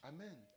Amen